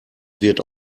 wird